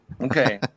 Okay